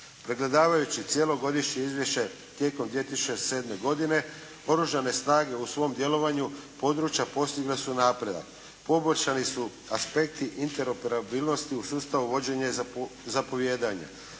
Pregledavajući cjelogodišnje izvješće tijekom 2007. godine, Oružane snage u svom djelovanju područja postigle su napredak. Poboljšani su aspekti interoperabilnosti u sustavu vođenja i zapovijedanja,